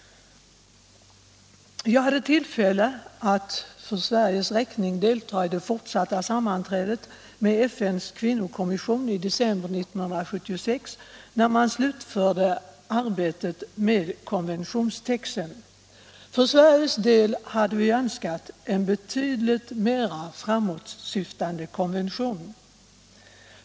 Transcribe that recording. Jag hade tillfälle att för Sveriges räkning delta i det fortsatta sammanträdet med FN:s kvinnokommission i december 1976, när man slutförde arbetet med konventionstexten. För Sveriges del hade vi önskat en betydligt mer framåtsyftande konvention.